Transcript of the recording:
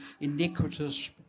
iniquitous